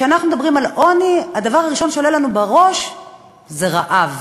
וכשאנחנו מדברים על עוני הדבר הראשון שעולה לנו בראש זה רעב,